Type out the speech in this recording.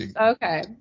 Okay